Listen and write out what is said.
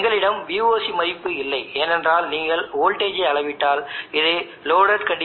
எனவே இந்த உறவைப் பயன்படுத்தி ISC ஷார்ட் சர்க்யூட் கரண்ட் இன் அறிவிலிருந்து பெறலாம்